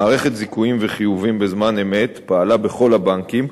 מערכת זיכויים וחיובים בזמן אמת פעלה בכל הבנקים,